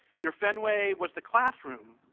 your fenway was the classroom,